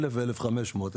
1,000 ו-1,500.